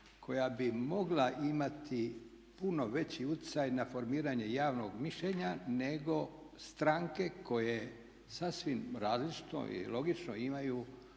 koja bi mogla imati puno veći utjecaj na formiranje javnog mišljenja nego stranke koje sasvim različito i logično imaju